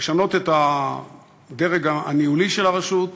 לשנות את הדרג הניהולי של הרשות,